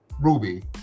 ruby